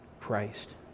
Christ